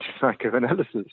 psychoanalysis